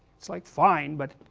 it's like, fine but,